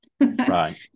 right